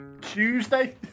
Tuesday